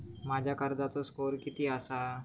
माझ्या कर्जाचो स्कोअर किती आसा?